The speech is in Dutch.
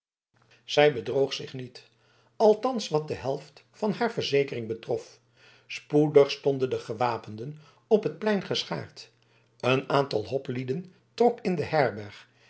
zij bedroog zich niet althans wat de eerste helft van haar verzekering betrof spoedig stonden de gewapenden op het plein geschaard een aantal hoplieden trok in de herberg